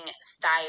style